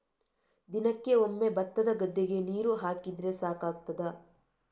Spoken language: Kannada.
ದಿನಕ್ಕೆ ಒಮ್ಮೆ ಭತ್ತದ ಗದ್ದೆಗೆ ನೀರು ಹಾಕಿದ್ರೆ ಸಾಕಾಗ್ತದ?